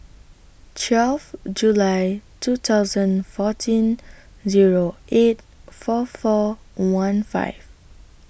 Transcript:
twelfth July two thousand fourteen Zero eight four four one five